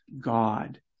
God